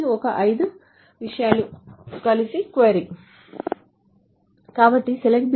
ఈ ఐదు విషయాలు కలిసి క్వరీ